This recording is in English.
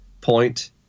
point